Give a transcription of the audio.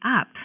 up